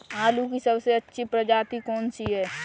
आलू की सबसे अच्छी प्रजाति कौन सी है?